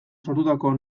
sortutako